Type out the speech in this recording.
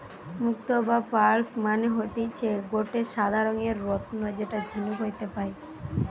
মুক্তো বা পার্লস মানে হতিছে গটে সাদা রঙের রত্ন যেটা ঝিনুক হইতে পায়